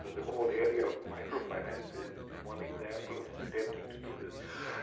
the whole area of micro finances is one example of attempting to do this.